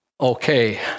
okay